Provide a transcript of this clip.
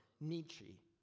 Nietzsche